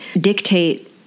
dictate